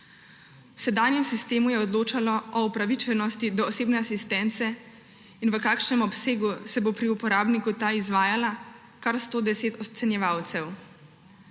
V sedanjem sistemu je odločalo o upravičenosti do osebne asistence in v kakšnem obsegu se bo pri uporabniku le-ta izvajala kar 110 ocenjevalcev.